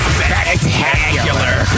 Spectacular